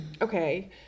okay